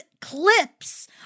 clips